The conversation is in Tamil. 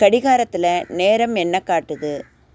கடிகாரத்தில் நேரம் என்ன காட்டுது